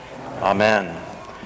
Amen